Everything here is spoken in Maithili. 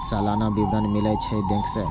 सलाना विवरण मिलै छै बैंक से?